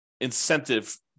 incentive